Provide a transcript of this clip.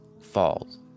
falls